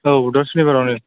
औ दा सुनिबारावनो